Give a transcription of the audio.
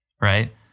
right